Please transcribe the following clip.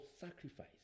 sacrifice